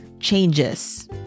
Changes